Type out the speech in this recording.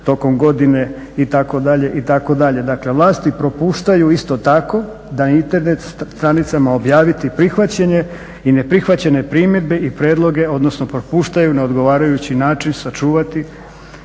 tokom godine itd., itd. Dakle vlasti propuštaju isto tako na Internet stranicama objaviti prihvaćene i neprihvaćene primjedbe i prijedloge odnosno propuštaju na odgovarajući način sačuvati